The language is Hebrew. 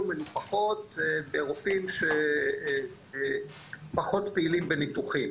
מנופחות ברופאים שפחות פעילים בניתוחים.